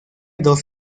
dos